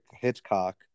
Hitchcock